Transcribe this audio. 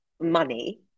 money